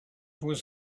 was